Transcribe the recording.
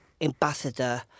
ambassador